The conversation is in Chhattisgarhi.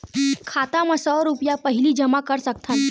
खाता मा सौ रुपिया पहिली जमा कर सकथन?